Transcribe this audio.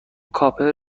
کاپر